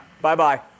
Bye-bye